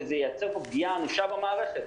וזה ייצר פה פגיעה אנושה במערכת.